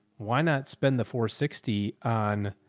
why not spend the four sixty on.